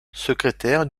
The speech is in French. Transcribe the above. secrétaire